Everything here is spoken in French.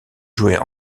jouer